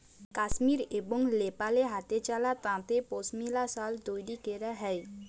কাশ্মীর এবং লেপালে হাতেচালা তাঁতে পশমিলা সাল তৈরি ক্যরা হ্যয়